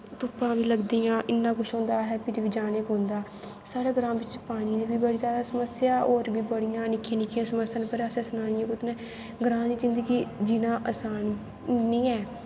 धुप्पां बी लग्गदियां इन्ना कुश होंदा असैं फिर बी जाना पौंदा साढ़े ग्रांऽ बिच्च पानीदी बी बड़ी समस्या ऐ और होर बी निक्कियां निक्कियां बौह्त समस्यां न पर असैं सनानियां कोह्दै नैं न ग्रांऽ दी जिन्दगी जीना असान नी ऐ